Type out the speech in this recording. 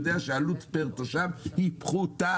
הוא יודע שהעלות פר תושב היא פחותה.